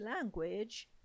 language